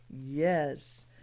Yes